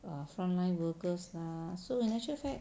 err frontline workers are so in actual fact